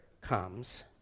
comes